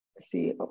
see